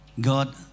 God